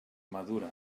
madura